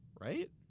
Right